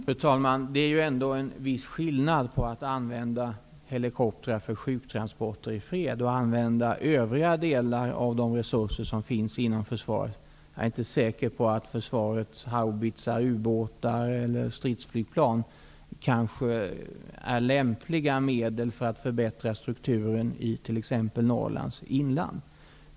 Fru talman! Det är ändå en viss skillnad att använda helikoptrar för sjuktransporter i fred och att använda övriga delar av de resurser som finns inom försvaret. Jag är inte säker på att försvarets haubitsar, u-båtar eller stridsflygplan är lämpliga medel för att förbättra strukturen i exempelvis Norrlands inland.